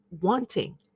wanting